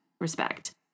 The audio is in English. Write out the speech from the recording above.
respect